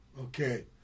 Okay